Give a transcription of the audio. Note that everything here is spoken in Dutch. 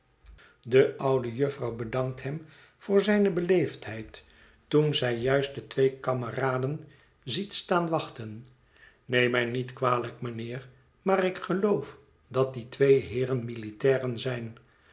de oude jufvrouw bedankt hem voor zijne beleefdheid toen zij juist de twee kameraden ziet staan wachten neem mij niet kwalijk mijnheer mt ar ik geloof dat die twee heeren militairen zijn